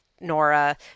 Nora